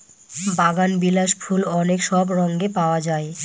বাগানবিলাস ফুল অনেক সব রঙে পাওয়া যায়